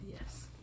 Yes